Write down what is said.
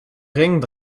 ring